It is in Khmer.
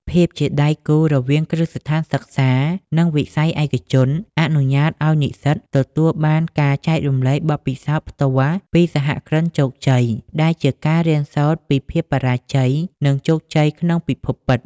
ភាពជាដៃគូរវាងគ្រឹះស្ថានសិក្សា និងវិស័យឯកជន អនុញ្ញាតឱ្យនិស្សិតទទួលបានការចែករំលែកបទពិសោធន៍ផ្ទាល់ពីសហគ្រិនជោគជ័យ ដែលជាការរៀនសូត្រពីភាពបរាជ័យ និងជោគជ័យក្នុងពិភពពិត។